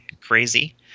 crazy